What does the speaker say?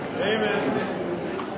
Amen